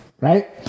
Right